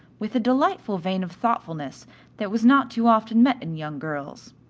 with a delightful vein of thoughtfulness that was not too often met in young girls.